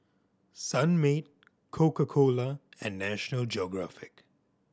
Sunmaid Coca Cola and National Geographic